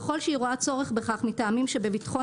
ככל שהיא רואה צורך בכך מטעמים שבביטחון